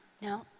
No